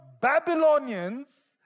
Babylonians